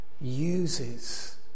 Uses